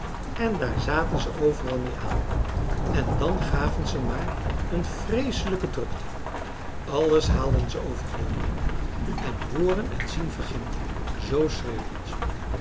en daar zaten ze overal mee aan en dan gaven ze maar een vreeselijke drukte alles haalden ze overhoop en hooren en zien verging je zoo schreeuwden ze